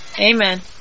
Amen